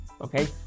okay